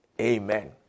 Amen